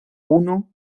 uno